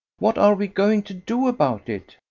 what are we going to do about it?